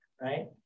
right